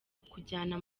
kukujyana